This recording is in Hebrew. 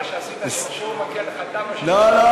מה שעשית, לא, לא,